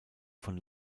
von